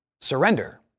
surrender